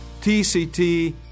TCT